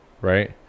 right